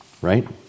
Right